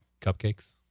cupcakes